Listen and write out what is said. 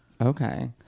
Okay